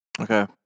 Okay